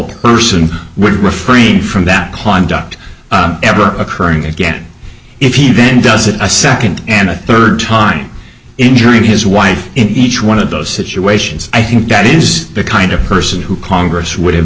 person would refrain from that climbed out ever occurring again if he then does it a second and a third time injuring his wife in each one of those situations i think that is the kind of person who congress would have